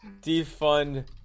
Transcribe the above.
defund